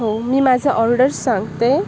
हो मी माझं ऑर्डर्स सांगते